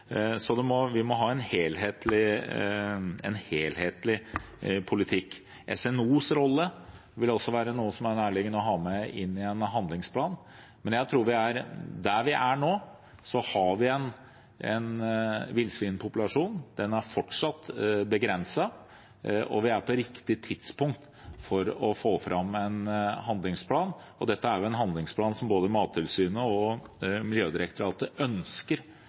Så vi må ha en helhetlig politikk. Statens naturoppsyn – deres rolle – vil det også være nærliggende å ha med inn i en handlingsplan. Men der vi er nå, har vi en villsvinpopulasjon, den er fortsatt begrenset, og vi er på riktig tidspunkt for å få fram en handlingsplan. Og dette er en handlingsplan som både Mattilsynet og Miljødirektoratet ønsker